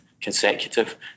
consecutive